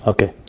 Okay